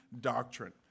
doctrine